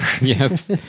Yes